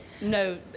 No